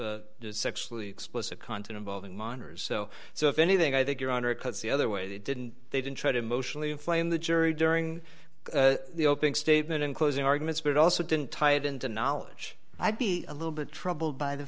of sexually explicit content valving minors so so if anything i think your honor it cuts the other way they didn't they didn't try to mostly inflame the jury during the opening statement in closing arguments but also didn't tie it into knowledge i'd be a little bit troubled by the